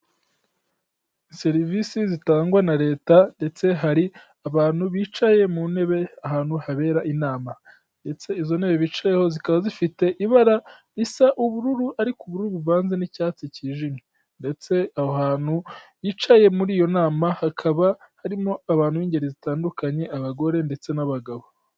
Serivisi zitangwa na leta, ndetse hari abantu bicaye mu ntebe ahantu habera inama, ndetse izo ntebe bicayeho zikaba zifite ibara risa ubururu, ariko ubururu buvanze n'icyatsi cyijimye, ndetse aho hantu hicaye muri iyo nama hakaba harimo abantu b'ingeri zitandukanye, abagore ndetse n'abagabo.